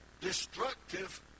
destructive